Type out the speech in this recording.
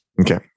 Okay